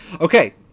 Okay